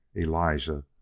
elijah,